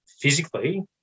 Physically